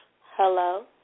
Hello